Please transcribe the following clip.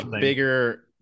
bigger